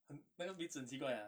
很那个鼻子很奇怪啊